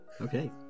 okay